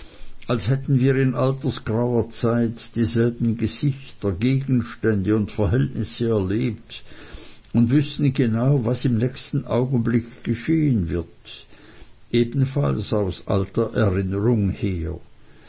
als hätten wir in altersgrauer zeit dieselben gesichter gegenstände und verhältnisse erlebt und wüßten genau was im nächsten augenblick geschehen wird ebenfalls aus alter erinnerung her